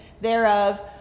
thereof